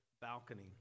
balcony